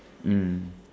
mm